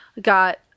got